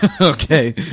Okay